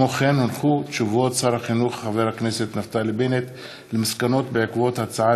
הודעות שר החינוך נפתלי בנט על מסקנות בעקבות דיונים בהצעות